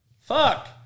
Fuck